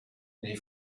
nei